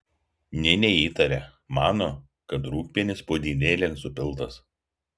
nė neįtaria mano kad rūgpienis puodynėlėn supiltas